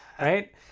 right